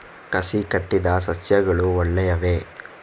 ಕಸಿ ಕಟ್ಟಿದ ಸಸ್ಯಗಳು ಒಳ್ಳೆಯವೇ?